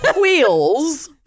Wheels